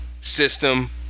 system